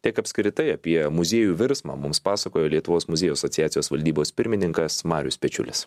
tiek apskritai apie muziejų virsmą mums pasakojo lietuvos muziejų asociacijos valdybos pirmininkas marius pečiulis